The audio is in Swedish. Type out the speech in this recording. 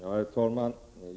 Herr talman!